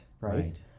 right